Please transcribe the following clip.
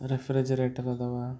refrigerator ಅದಾವ